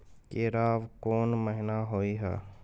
केराव कोन महीना होय हय?